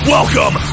Welcome